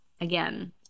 again